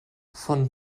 von